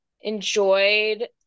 enjoyed